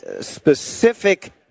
specific